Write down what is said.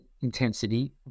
intensity